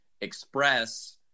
express